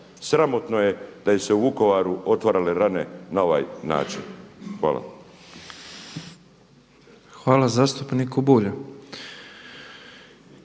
sramotno je da su se u Vukovaru otvarale rane na ovaj način. Hvala. **Petrov, Božo